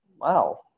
wow